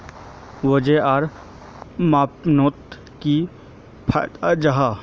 वजन आर मापनोत की फायदा जाहा?